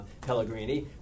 Pellegrini